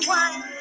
one